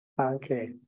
Okay